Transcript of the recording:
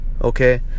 okay